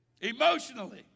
emotionally